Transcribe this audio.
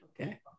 okay